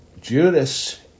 Judas